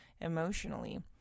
emotionally